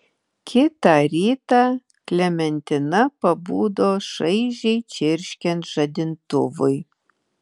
kitą rytą klementina pabudo šaižiai čirškiant žadintuvui